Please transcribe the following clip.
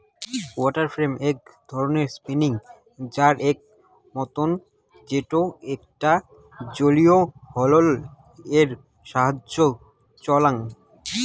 water frame এক ধরণের spinning জাক এর মতন যেইটো এইকটা জলীয় হুইল এর সাহায্যে চলাং